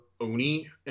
Oni